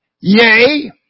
Yea